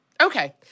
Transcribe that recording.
Okay